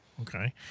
Okay